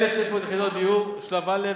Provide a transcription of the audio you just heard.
1,600 יחידות דיור בשלב א',